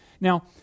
Now